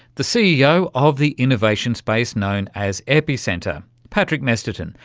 the ceo of the innovation space known as epicenter, patrick mesterton,